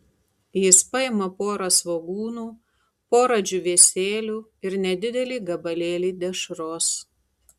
jis paima porą svogūnų porą džiūvėsėlių ir nedidelį gabalėlį dešros